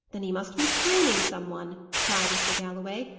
then he must be screening some one, cried mr. galloway.